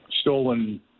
stolen